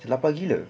macam lapar gila